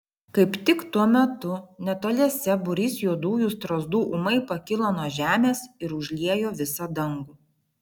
kaip tik tuo metu netoliese būrys juodųjų strazdų ūmai pakilo nuo žemės ir užliejo visą dangų